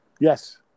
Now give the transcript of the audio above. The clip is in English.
Yes